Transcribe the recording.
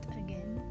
again